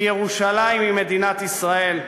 כי ירושלים היא מדינת ישראל,